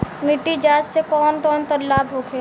मिट्टी जाँच से कौन कौनलाभ होखे?